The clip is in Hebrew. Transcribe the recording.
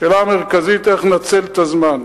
השאלה המרכזית היא איך לנצל את הזמן.